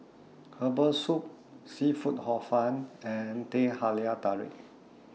Herbal Soup Seafood Hor Fun and Teh Halia Tarik